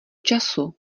času